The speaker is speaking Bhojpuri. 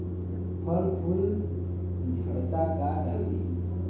फल फूल झड़ता का डाली?